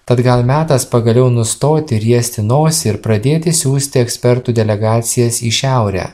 tad gal metas pagaliau nustoti riesti nosį ir pradėti siųsti ekspertų delegacijas į šiaurę